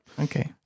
Okay